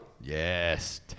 Yes